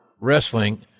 wrestling